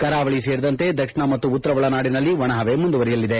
ಕರಾವಳಿ ಸೇರಿದಂತೆ ದಕ್ಷಿಣ ಮತ್ತು ಉತ್ತರ ಒಳನಾಡಿನಲ್ಲಿ ಒಣಹವೆ ಮುಂದುವರಿಯಲಿದೆ